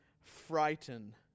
frighten